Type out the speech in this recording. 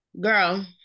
girl